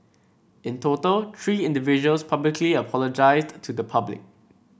in total three individuals publicly apologised to the public